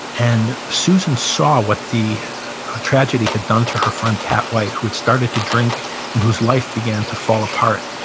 and susan saw what the tragedy had done to her friend pat white, who had started to drink and whose life began to fall apart.